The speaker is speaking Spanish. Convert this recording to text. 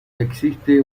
existe